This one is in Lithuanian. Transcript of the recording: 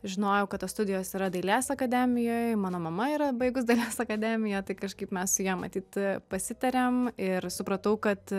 žinojau kad tos studijos yra dailės akademijoj mano mama yra baigus dailės akademiją tai kažkaip mes su ja matyt pasitarėm ir supratau kad